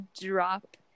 drop